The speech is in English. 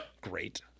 great